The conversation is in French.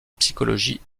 psychologie